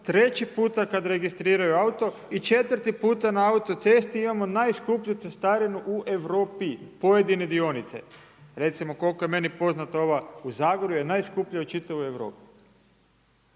treći puta kad registriraju auto i četvrti puta na autocesti. Imamo najskuplju cestarinu u Europi, pojedine dionice. Recimo, koliko je meni poznato, ova u Zagorju je najskuplja u čitavoj Europi.